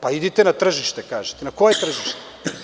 Pa idite na tržište, pa na koje tržište?